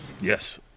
Yes